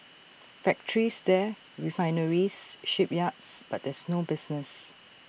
factories there refineries shipyards but there's no business